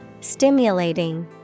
Stimulating